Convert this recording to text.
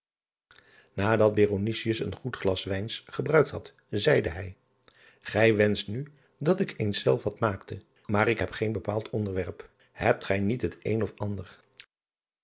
adat een goed glas wijns gebruikt had zeide hij ij wenscht nu dat ik eens zelf wat maakte maar ik heb geen bepaald onderwerp ebt gij niet het een of ander